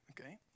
okay